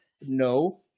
No